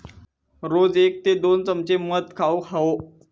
रोज एक ते दोन चमचे मध खाउक हवो